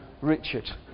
Richard